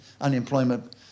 unemployment